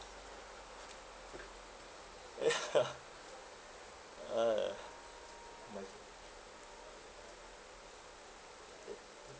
ya ah ya my